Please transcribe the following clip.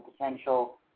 potential